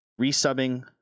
resubbing